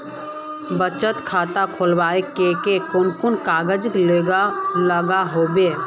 बचत खाता खोलवार केते कुन कुन कागज लागोहो होबे?